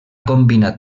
combinat